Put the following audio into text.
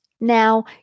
Now